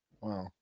Wow